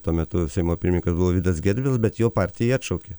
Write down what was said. tuo metu seimo pirmininkas buvo vydas gedvilas bet jo partija jį atšaukė